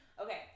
Okay